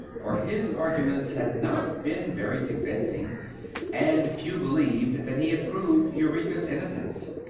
for his arguments had not been very convincing and few believed that he had proved eureka's innocence.